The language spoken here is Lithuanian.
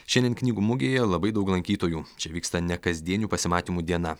šiandien knygų mugėje labai daug lankytojų čia vyksta nekasdienių pasimatymų diena